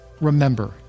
remember